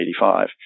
1985